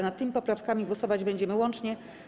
Nad tymi poprawkami głosować będziemy łącznie.